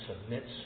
submits